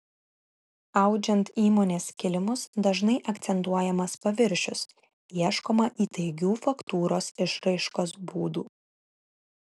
audžiant įmonės kilimus dažnai akcentuojamas paviršius ieškoma įtaigių faktūros išraiškos būdų